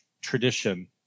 tradition